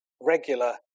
Regular